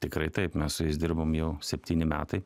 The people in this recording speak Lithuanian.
tikrai taip mes su jais dirbam jau septyni metai